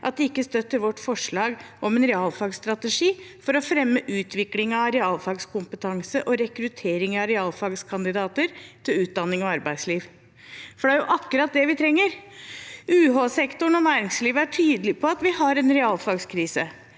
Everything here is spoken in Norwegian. at de ikke støtter vårt forslag om en realfagsstrategi for å fremme utviklingen av realfagskompetanse og rekruttering av realfagskandidater til utdanning og arbeidsliv – for det er jo akkurat det vi trenger. UH-sektoren og næringslivet er tydelige på at vi har en realfagskrise.